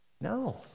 no